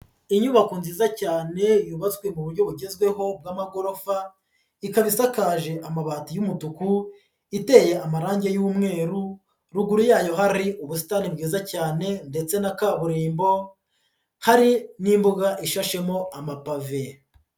Inyubako nziza cyane, yubatswe mu buryo bugezweho bw'amagorofa, ikaba isakaje amabati y'umutuku, iteye amarange y'umweru, ruguru yayo hari ubusitani bwiza cyane ndetse na kaburimbo, hari n'imbuga ishashemo amapave.